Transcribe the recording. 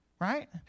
Right